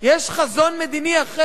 יש חזון מדיני אחר.